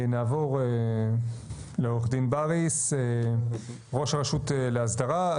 נעבור לעורך דין בריס, ראש הרשות לאסדרה.